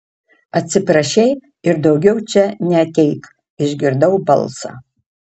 atsiprašei ir daugiau čia neateik išgirdau balsą